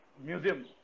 museum